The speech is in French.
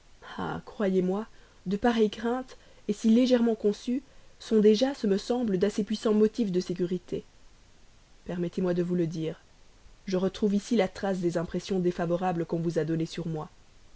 croyez-moi de pareilles craintes si légèrement conçues sont à elles seules de puissants motifs de sécurité permettez-moi de vous le dire je retrouve ici la trace des impressions défavorables qu'on vous a données sur moi